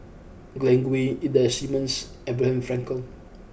Glen Goei Ida Simmons Abraham Frankel